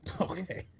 Okay